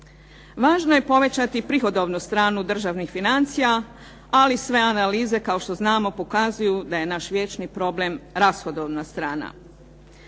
Važno je povećati prihodovnu stranu državnih financija, ali sve analize kao što znamo pokazuju da je naš vječni problem rashodovna strana.